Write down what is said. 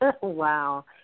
Wow